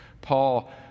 Paul